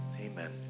Amen